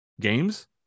games